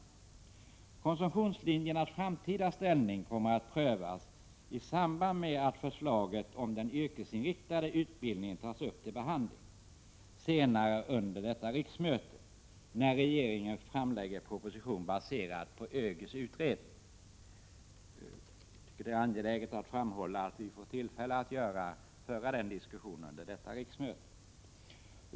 Frågan om konsumtionslinjernas framtida ställning kommer att prövas i samband med att förslaget om den yrkesinriktade utbildningen tas upp till behandling senare under riksmötet när regeringen framlägger sin proposition baserad på ÖGY:s utredning. Jag tycker att det är angeläget att framhålla att vi får tillfälle att föra den diskussionen under detta riksmöte.